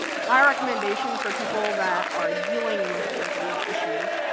my recommendation for people that are dealing with mental health issues,